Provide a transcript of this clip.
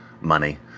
money